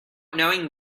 knowing